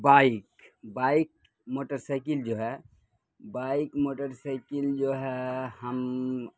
bike bike motorcycle جو ہے bike motorcycle جو ہے ہم